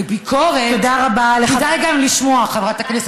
וביקורת כדאי גם לשמוע, חברת הכנסת שולי מועלם.